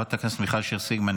חברת הכנסת מיכל שיר סגמן,